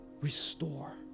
restore